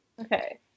Okay